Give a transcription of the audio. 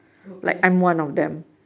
okay